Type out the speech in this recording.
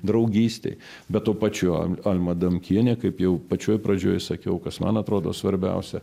draugystei bet tuo pačiu alma adamkienė kaip jau pačioj pradžioj sakiau kas man atrodo svarbiausia